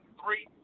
three